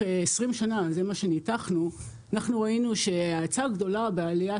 20 שנה זה מה שניתחנו אנחנו ראינו שההאצה הגדולה בעליית